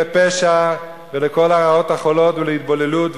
לפשע ולכל הרעות החולות ולהתבוללות,